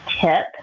tip